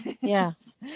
Yes